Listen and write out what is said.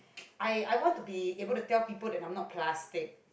I I want to be able to tell people that I'm not plastic